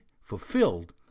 fulfilled